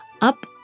up